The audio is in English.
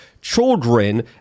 children